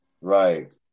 Right